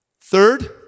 Third